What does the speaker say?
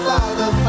Father